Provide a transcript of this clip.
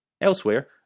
Elsewhere